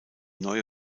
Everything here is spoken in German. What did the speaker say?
neue